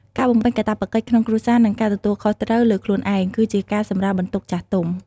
ការបំពេញកាតព្វកិច្ចក្នុងគ្រួសារ និងការទទួលខុសត្រូវលើខ្លួនឯង គឺជាការសម្រាលបន្ទុកចាស់ទុំ។